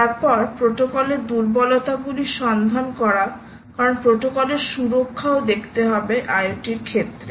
তারপরে প্রোটোকলের দুর্বলতাগুলি সন্ধান করা কারণ প্রোটোকলের সুরক্ষা ও দেখতে হবে IoT এর ক্ষেত্রে